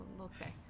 Okay